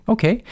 Okay